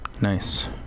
Nice